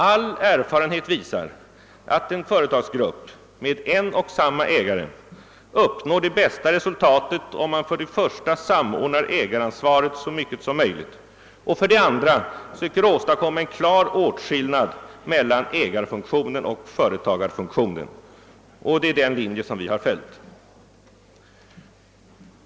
All erfarenhet visar att en företagsgrupp med en och samma ägare uppnår det bästa resultatet om man för det första samordnar ägaransvaret så mycket som möjligt och för det andra söker åstadkomma en klar åtskillnad mellan ägarfunktionen och företagarfunktionen. Det är denna linje vi har följt.